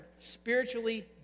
spiritually